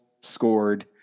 scored